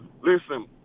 Listen